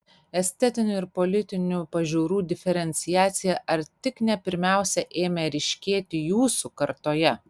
estetinių ir politinių pažiūrų diferenciacija ar tik ne pirmiausia ėmė ryškėti jūsų kartoje